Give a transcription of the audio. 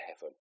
heaven